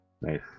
nice